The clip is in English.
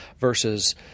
versus